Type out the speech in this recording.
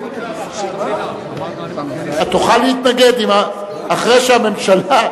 אנחנו עוברים להצעת החוק של משה גפני.